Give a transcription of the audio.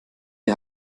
die